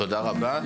תודה רבה.